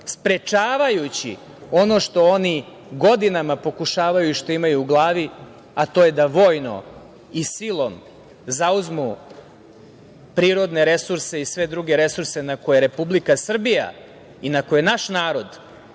sprečavajući ono što oni godinama pokušavaju i što imaju u glavi, a to je da vojno i silom zauzmu prirodne resurse i sve druge resurse na koje Republika Srbija i na koje naš narod